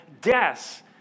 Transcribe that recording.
deaths